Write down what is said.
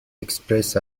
اکسپرس